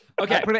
Okay